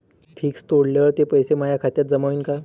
Fix तोडल्यावर ते पैसे माया खात्यात जमा होईनं का?